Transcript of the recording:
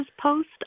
post